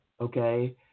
okay